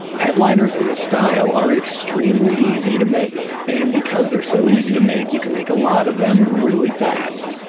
headliners made in this style are extremely easy to make. and because they're so easy to make, you can make a lot of them really fast.